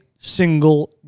single